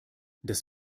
das